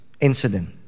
incident